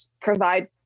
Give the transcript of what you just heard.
provide